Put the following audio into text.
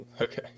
Okay